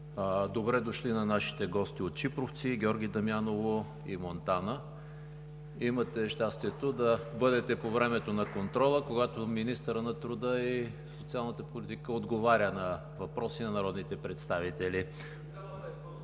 Добре дошли на нашите гости от Чипровци, Георги Дамяново и Монтана! Имате щастието да бъдете по времето на контрола, когато министърът на труда и социалната политика отговаря на въпроси на народните представители.